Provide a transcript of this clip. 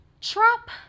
Trump